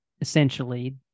essentially